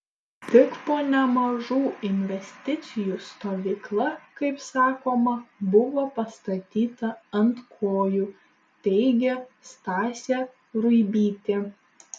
tik po nemažų investicijų stovykla kaip sakoma buvo pastatyta ant kojų teigė stasė ruibytė